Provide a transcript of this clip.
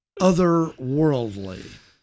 otherworldly